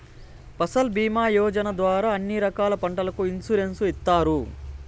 ఫసల్ భీమా యోజన ద్వారా అన్ని రకాల పంటలకు ఇన్సురెన్సు ఇత్తారు